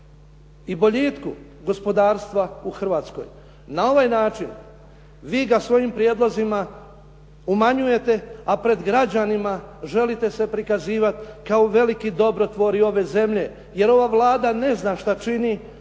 i boljitku gospodarstva u Hrvatskoj. Na ovaj način vi ga svojim prijedlozima umanjujete a pred građanima želite se prikazivati kao veliki dobrotvori ove zemlje, jer ova Vlada ne zna što čini,